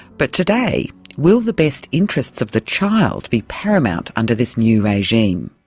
but today will the best interests of the child be paramount under this new regime?